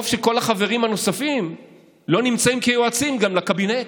טוב שכל החברים הנוספים לא נמצאים כיועצים גם לקבינט.